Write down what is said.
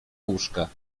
łóżka